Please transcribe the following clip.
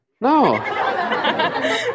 No